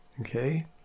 okay